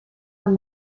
con